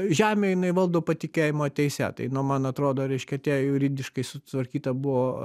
žemė jinai valdo patikėjimo teise tai nu man atrodo reiškia tie juridiškai sutvarkyta buvo